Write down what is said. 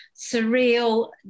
surreal